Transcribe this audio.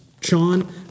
Sean